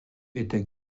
était